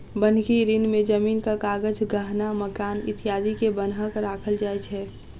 बन्हकी ऋण में जमीनक कागज, गहना, मकान इत्यादि के बन्हक राखल जाय छै